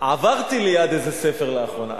עברתי ליד איזה ספר לאחרונה.